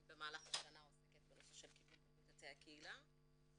במהלך השנה עוסקת בנושא קידום בריאות יוצאי הקהילה.